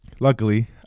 Luckily